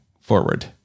forward